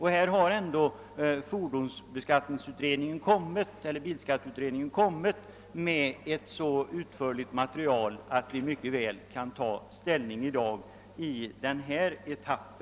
Här har i alla fall bilskatteutredningen framlagt ett så utförligt material att vi i dag mycket väl kan ta ställning till denna etapp.